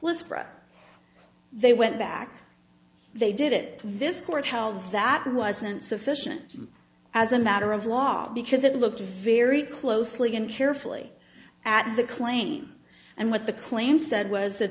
private they went back they did it this court held that wasn't sufficient as a matter of law because it looked very closely and carefully at the claim and what the claim said was